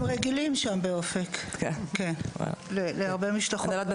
הם רגילים שם באופק להרבה משלחות.